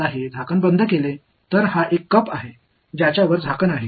இதேபோல் நான் இப்போது இந்த மூடியை இங்கே மூடிவிட்டால் அது ஒரு மூடி உள்ள கப்